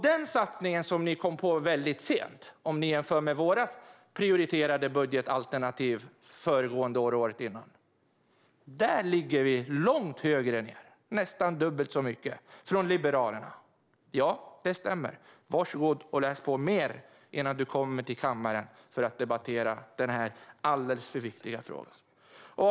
Den satsningen kom ni på väldigt sent, om ni jämför med våra prioriterade budgetalternativ från föregående år och året innan. Där ligger Liberalerna långt högre, med nästan dubbelt så mycket. Ja, det stämmer! Varsågod och läs på mer innan du kommer till kammaren för att debattera den här alldeles för viktiga frågan, Morgan Johansson!